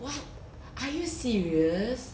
what are you serious